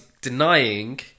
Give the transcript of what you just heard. denying